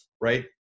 right